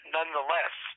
Nonetheless